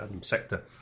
sector